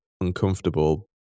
uncomfortable